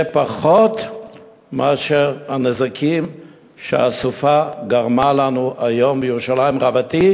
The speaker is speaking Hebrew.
פחות מעלות הנזקים שהסופה גרמה לנו היום בירושלים רבתי,